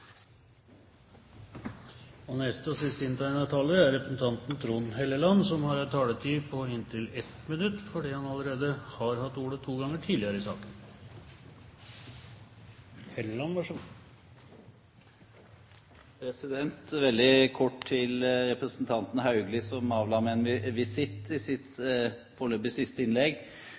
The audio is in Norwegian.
Trond Helleland har hatt ordet to ganger tidligere i debatten og får ordet til en kort merknad, begrenset til 1 minutt. Veldig kort til representanten Haugli, som avla meg en visitt i sitt – foreløpig – siste innlegg.